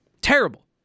Terrible